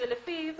שלפיו